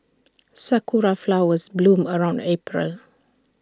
Sakura Flowers bloom around April